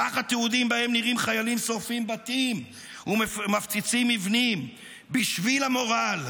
כך התיעודים שבהם נראים חיילים שורפים בתים ומפציצים מבנים בשביל המורל,